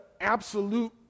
absolute